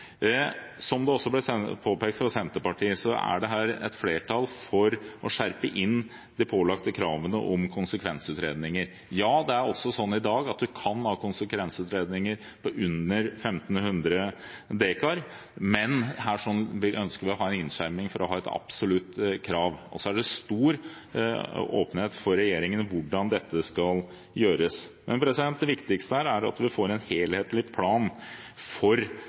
Som det også ble påpekt fra Senterpartiet, er det her et flertall for å skjerpe inn de pålagte kravene om konsekvensutredninger. Ja, det er også sånn i dag at man kan ha konsekvensutredninger for torvuttak under 1 500 dekar, men her ønsker vi å ha en innskjerping for å ha et absolutt krav. Så er det stor åpenhet for regjeringen med hensyn til hvordan dette skal gjøres. Men det viktigste her er at vi får en helhetlig plan for